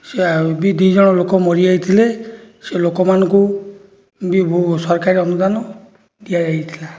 ସେ ବି ଦୁଇଜଣ ଲୋକ ମରିଯାଇଥିଲେ ସେ ଲୋକମାନଙ୍କୁ ବି ସରକାରୀ ଅନୁଦାନ ଦିଆଯାଇଥିଲା